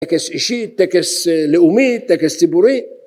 טקס אישית, טקס לאומי, תכס ציבורי.